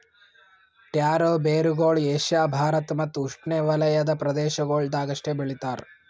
taro ಬೇರುಗೊಳ್ Asia Bharat ಮತ್ತ್ ಉಷ್ಣೆವಲಯದ ಪ್ರದೇಶಗೊಳ್ದಾಗ್ ಅಷ್ಟೆ ಬೆಳಿತಾರ್